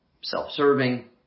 self-serving